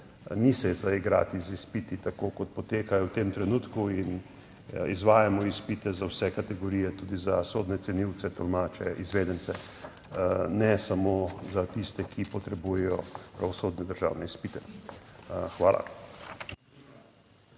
Ni se za igrati z izpiti, tako kot potekajo v tem trenutku in izvajamo izpite za vse kategorije. Tudi za sodne cenilce, tolmače, izvedence. Ne samo za tiste, ki potrebujejo pravosodne državne izpite. Hvala.